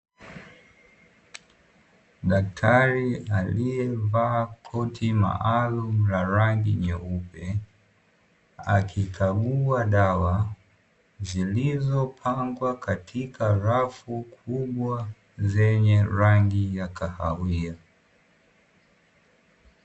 Daktari aliyevaa koti maalum la rangi nyeupe, akikagua dawa zilizopangwa katika rafu kubwa zenye rangi ya kahawia.